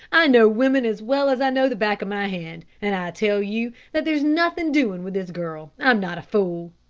i know women as well as i know the back of my hand, and i tell you that there's nothing doing with this girl. i'm not a fool.